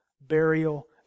burial